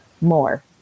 more